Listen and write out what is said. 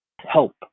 help